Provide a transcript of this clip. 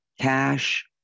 cash